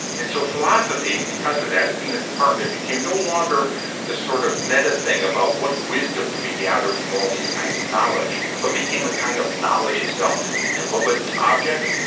and so philosophy because of that, being a department became no longer this sort of meta thing about what wisdom do we gather from all these kinds of knowledge, but became a kind of knowledge itself. and what was its object?